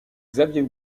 xavier